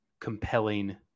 compelling